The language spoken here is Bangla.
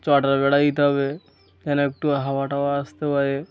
চটার বেড়া দিতে হবে যেন একটু হাওয়া টাওয়া আসতে পারে